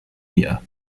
year